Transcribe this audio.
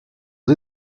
aux